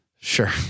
Sure